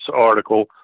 article